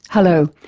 hello,